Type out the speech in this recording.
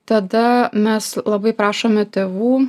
tada mes labai prašome tėvų